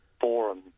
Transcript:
forum